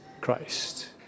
Christ